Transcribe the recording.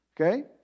okay